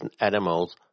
animals